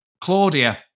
Claudia